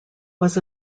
was